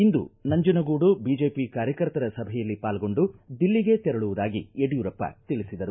ಇಂದು Nanjangud BJP ಕಾರ್ಯಕರ್ತರ ಸಭೆಯಲ್ಲಿ ಪಾಲ್ಗೊಂಡು ದಿಲ್ಲಿಗೆ ತೆರಳುವುದಾಗಿ ಯಡ್ಕೂರಪ್ಪ ತಿಳಿಸಿದರು